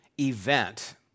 event